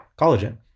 collagen